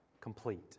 complete